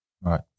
Right